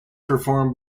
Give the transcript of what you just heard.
performed